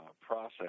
process